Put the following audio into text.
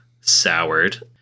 soured